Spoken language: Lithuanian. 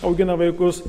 augina vaikus